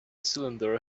cylinder